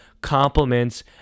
compliments